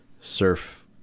surf